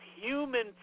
human